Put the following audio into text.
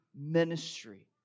ministry